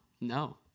No